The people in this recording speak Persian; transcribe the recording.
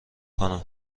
کنم